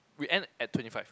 we end at twenty five